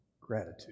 gratitude